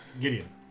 Gideon